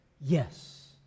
yes